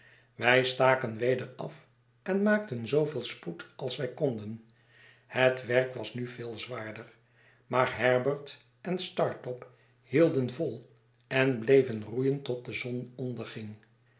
wij staken weder af en maakten zooveel spoed als wij konden het werk was nu veel zwaarder maar herbert en startop hielden vol en bleven roeien tot de zon onderging